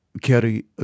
carry